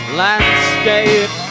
landscape